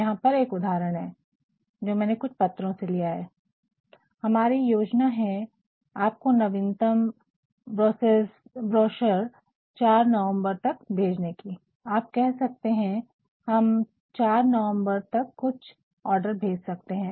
यहाँ पर एक उदाहरण है जो मैंने कुछ पत्रों से लिया है हमारी योजना है आपको नवीनतम ब्रोसेर्स ५ नवमेबर तक भेजने की आप कह सकते है हम ५ नवंबर तक कुछ ऑर्डर्स भेज सकते है